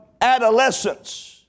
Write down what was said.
adolescence